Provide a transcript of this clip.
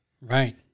right